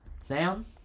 Sam